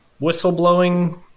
whistleblowing